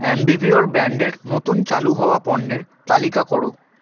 Ambi Pur ব্র্যান্ডের নতুন চালু হওয়া পণ্যের তালিকা করো